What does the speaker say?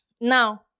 Now